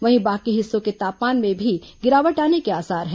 वहीं बाकी हिस्सों के तापमान में भी गिरावट आने के आसार हैं